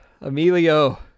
emilio